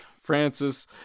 Francis